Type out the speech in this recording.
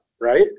right